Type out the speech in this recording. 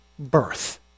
birth